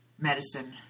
medicine